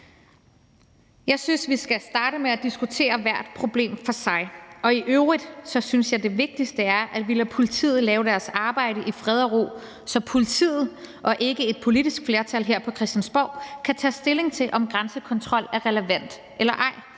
Jeg synes, vi skal starte med at diskutere hvert problem for sig, og i øvrigt synes jeg, at det vigtigste er, at vi lader politiet lave deres arbejde i fred og ro, så politiet og ikke et politisk flertal her på Christiansborg kan tage stilling til, om grænsekontrol er relevant eller ej.